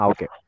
Okay